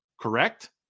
Correct